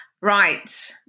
Right